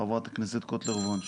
חברת הכנסת מיכל קוטלר וונש.